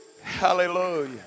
Hallelujah